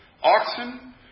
Oxen